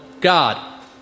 God